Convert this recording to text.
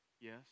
Yes